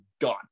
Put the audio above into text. gone